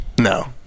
No